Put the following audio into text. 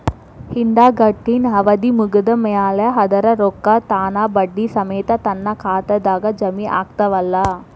ಇಡಗಂಟಿನ್ ಅವಧಿ ಮುಗದ್ ಮ್ಯಾಲೆ ಅದರ ರೊಕ್ಕಾ ತಾನ ಬಡ್ಡಿ ಸಮೇತ ನನ್ನ ಖಾತೆದಾಗ್ ಜಮಾ ಆಗ್ತಾವ್ ಅಲಾ?